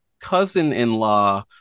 cousin-in-law